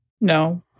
No